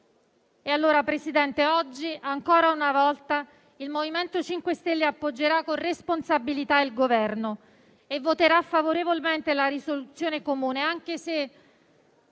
Signor Presidente, oggi, ancora una volta, il MoVimento 5 Stelle appoggerà con responsabilità il Governo e voterà favorevolmente la risoluzione comune, anche se,